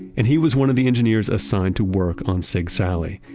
and he was one of the engineers assigned to work on sigsaly.